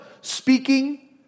speaking